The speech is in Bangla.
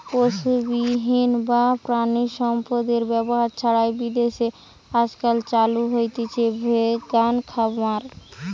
পশুবিহীন বা প্রাণিসম্পদএর ব্যবহার ছাড়াই বিদেশে আজকাল চালু হইচে ভেগান খামার